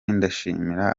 ndashimira